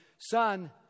son